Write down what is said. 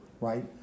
right